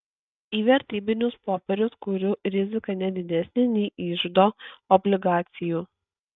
į vertybinius popierius kurių rizika ne didesnė nei iždo obligacijų